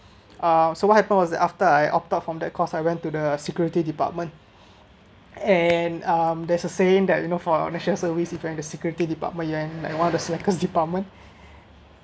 uh so what happened was that after I opt out from that course I went to the security department and um there's a saying that you know for our national service if you are in the security department you and like one of the snickers department